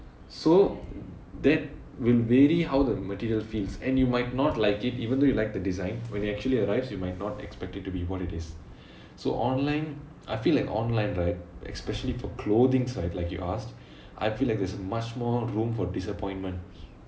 so that will vary how the material feels and you might not like it even though you like the design when it actually arrives you might not expect it to be what it is so online I feel like online right especially for clothings right like you ask I feel like there's much more room for disappointment